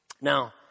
Now